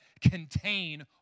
contain